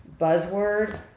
buzzword